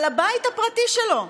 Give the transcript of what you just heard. על הבית הפרטי שלו.